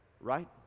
right